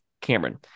Cameron